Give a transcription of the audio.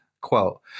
Quote